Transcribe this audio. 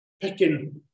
picking